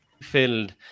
filled